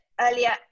earlier